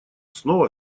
снова